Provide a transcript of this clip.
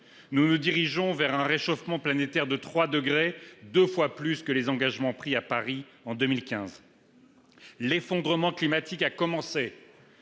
Nous nous dirigeons vers un réchauffement planétaire de 3 degrés, soit deux fois plus que les engagements pris à Paris en 2015. « L’effondrement climatique a commencé